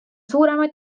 suuremad